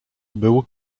był